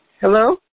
Hello